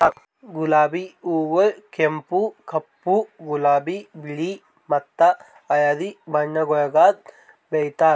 ಗುಲಾಬಿ ಹೂಗೊಳ್ ಕೆಂಪು, ಕಪ್ಪು, ಗುಲಾಬಿ, ಬಿಳಿ ಮತ್ತ ಹಳದಿ ಬಣ್ಣಗೊಳ್ದಾಗ್ ಬೆಳೆತಾರ್